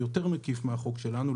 יותר מקיף מהחוק שלנו,